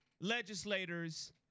legislators